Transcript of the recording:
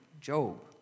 Job